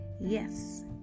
Yes